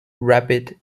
rabbit